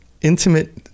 intimate